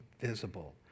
visible